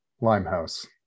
limehouse